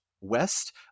West